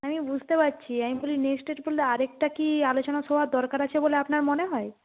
আমি বুঝতে পারছি আমি বলি নেক্সট স্টেজ বললে আরেকটা কি আলোচনা সভার দরকার আছে বলে আপনার মনে হয়